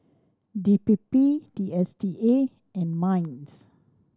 D P P D S T A and MINDS